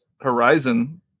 Horizon